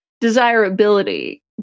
desirability